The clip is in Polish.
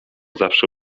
zawsze